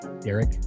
Derek